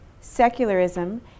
secularism